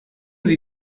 sie